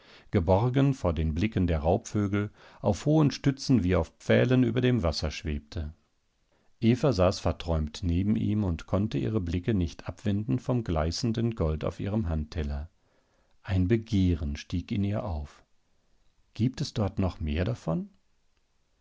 geborgen vor den blicken der raubvögel auf hohen stützen wie auf pfählen über dem wasser schwebte eva saß verträumt neben ihm und konnte ihre blicke nicht abwenden vom gleißenden gold auf ihrem handteller ein begehren stieg in ihr auf gibt es dort noch mehr davon